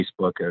Facebook